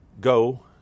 Go